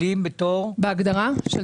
בעיני זו